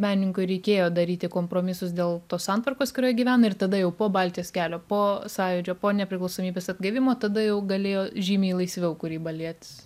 menininkui reikėjo daryti kompromisus dėl tos santvarkos kurioj gyvena ir tada jau po baltijos kelio po sąjūdžio po nepriklausomybės atgavimo tada jau galėjo žymiai laisviau kūryba lietis